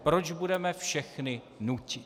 Proč budeme všechny nutit?